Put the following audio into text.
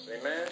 Amen